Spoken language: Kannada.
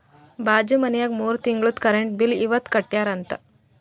ಬಾಜು ಮನ್ಯಾಗ ಮೂರ ತಿಂಗುಳ್ದು ಕರೆಂಟ್ ಬಿಲ್ ಇವತ್ ಕಟ್ಯಾರ ಅಂತ್